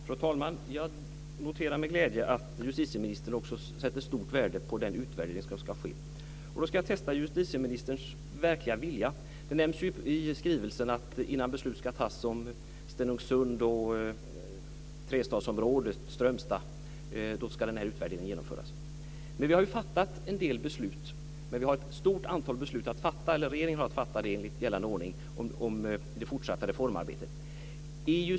Fru talman! Jag noterar med glädje att justitieministern också sätter stort värde på den utvärdering som ska ske. Jag ska testa justitieministerns verkliga vilja. Det nämns ju i skrivelsen att innan beslut ska tas om Stenungsund, trestadsområdet och Strömstad ska en utvärdering genomföras. Vi har fattat en del beslut. Men regeringen har enligt gällande ordning ett stort antal beslut att fatta om det fortsatta reformarbetet.